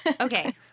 Okay